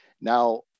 Now